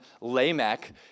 Lamech